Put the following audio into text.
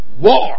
war